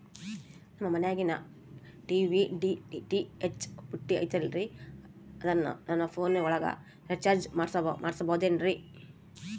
ನಮ್ಮ ಮನಿಯಾಗಿನ TV DTH ಪುಟ್ಟಿ ಐತಲ್ರೇ ಅದನ್ನ ನನ್ನ ಪೋನ್ ಒಳಗ ರೇಚಾರ್ಜ ಮಾಡಸಿಬಹುದೇನ್ರಿ?